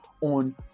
on